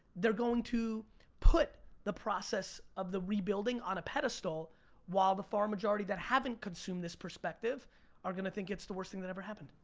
they're going to put the process of the rebuilding on a pedestal while the far majority that haven't consumed this perspective are gonna think it's the worst thing that ever happened.